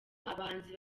abahanzi